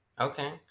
Okay